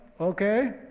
okay